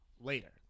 later